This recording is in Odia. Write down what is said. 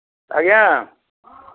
ଆଜ୍ଞା